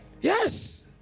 Yes